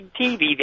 TV